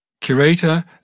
Curator